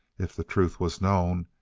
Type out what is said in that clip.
if the truth was known,